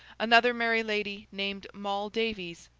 another merry lady named moll davies,